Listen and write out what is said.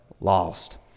lost